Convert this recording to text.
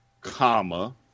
comma